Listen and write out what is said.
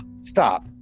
stop